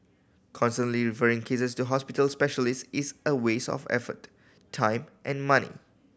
constantly referring cases to hospital specialist is a waste of effort time and money